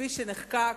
כפי שנחקק,